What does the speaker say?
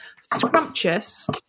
Scrumptious